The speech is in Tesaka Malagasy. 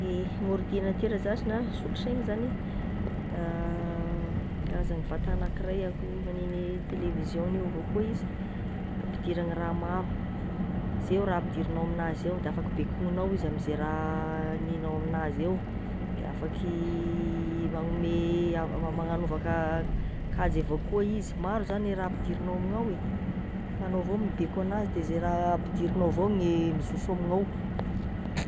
Ehe gn'ordinatera zashy na solosaigny zagny, da karazagny vatagna agnakiray akonagn'igny télévision avao koa izy, ampidiragna raha maro, zeo raha ampidirinao amignazy ao, de afaka bekognao izy amze raha haninao amignazy ao, de afaky magnome ah magnagnova ka- kazy avao koa izy, maro zany e raha ampidirinao amignao e! fa anao avao mibeko anazy de zay raha ampidirinao avao gne mizoso amignao.